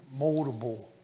moldable